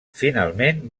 finalment